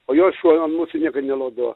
o jos šuo an mūsų niekad nelodavo